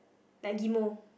like Ghim-moh